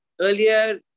Earlier